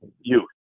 youth